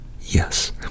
yes